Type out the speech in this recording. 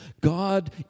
God